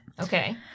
Okay